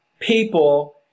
people